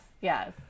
yes